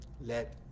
let